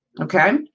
okay